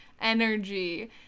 energy